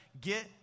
get